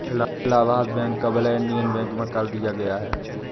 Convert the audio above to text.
Allahabad bank का विलय Indian bank में कर दिया गया है